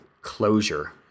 closure